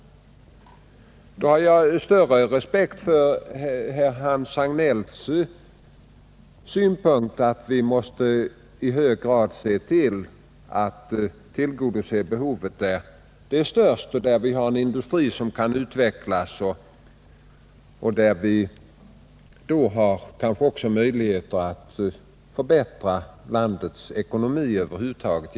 Då har jag större respekt för herr Hans Hagnells synpunkt att vi i hög grad måste tillgodose behoven där de är störst, där vi har en industri som kan utvecklas och där vi kanske har möjligheter att genom den satsningen förbättra landets ekonomi över huvud taget.